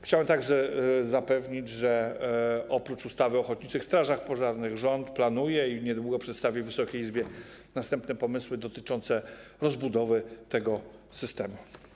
Chciałbym także zapewnić, że oprócz ustawy o ochotniczych strażach pożarnych rząd planuje i niedługo przedstawi Wysokiej Izbie następne pomysły dotyczące rozbudowy tego systemu.